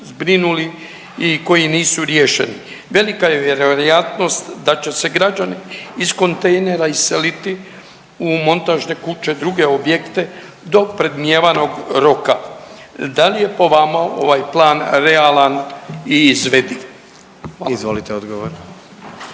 i koji nisu riješeni. Velika je vjerojatnost da će se građani iz kontejnera iseliti u montažne kuće i druge objekte do predmnijevanog roka. Da li je po vama ovaj plan realan i izvediv? Hvala.